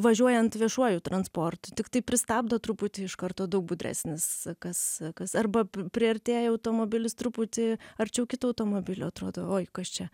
važiuojant viešuoju transportu tiktai pristabdo truputį iš karto daug budresnis kas kas arba priartėja automobilis truputį arčiau kito automobilio atrodo oi kas čia